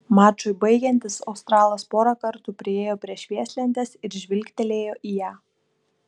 mačui baigiantis australas porą kartų priėjo prie švieslentės ir žvilgtelėjo į ją